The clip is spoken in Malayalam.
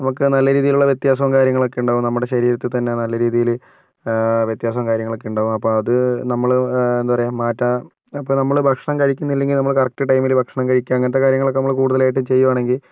നമുക്ക് നല്ല രീതിയിലുള്ള വ്യത്യാസവും കാര്യങ്ങളൊക്കെ ഉണ്ടാകും നമ്മുടെ ശരീരത്തിൽ തന്നെ നല്ല രീതിയിൽ വ്യത്യാസവും കാര്യങ്ങളൊക്കെ ഉണ്ടാകും അപ്പോൾ അത് നമ്മള് എന്താ പറയുക മാറ്റാൻ അപ്പോൾ നമ്മള് ഭക്ഷണം കഴിക്കുന്നില്ലെങ്കിൽ നമ്മള് കറക്റ്റ് ടൈമില് ഭക്ഷണം കഴിക്കുക അങ്ങനത്തെ കാര്യങ്ങളൊക്കെ നമ്മള് കൂടുതലായിട്ടും ചെയ്യുവാണെങ്കിൽ